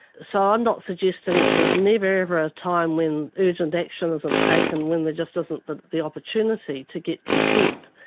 so i'm not suggesting that there's never ever a time when urgent actions isn't taken when there just isn't the the opportunity to get consent.